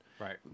right